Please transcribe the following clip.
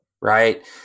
right